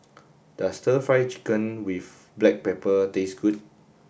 does stir fried chicken with black pepper taste good